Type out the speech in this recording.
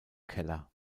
keller